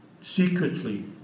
secretly